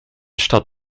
stad